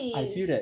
I feel that